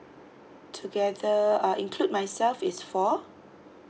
together uh include myself is four